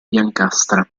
biancastra